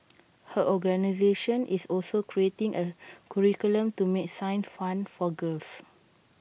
her organisation is also creating A curriculum to make science fun for girls